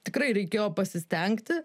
tikrai reikėjo pasistengti